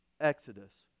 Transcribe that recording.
Exodus